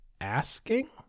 asking